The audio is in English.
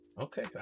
okay